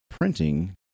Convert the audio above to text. printing